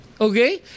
okay